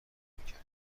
میکرد